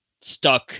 stuck